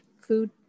food